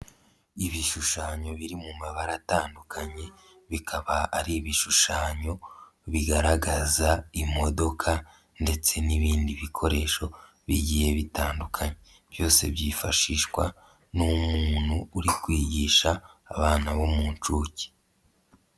Ibishushanyo biri mu mabara atandukanye, bikaba ari ibishushanyo bigaragaza imodoka ndetse n'ibindi bikoresho bigiye bitandukanye, byose byifashishwa n'umuntu uri kwigisha abana bo mu nshuke.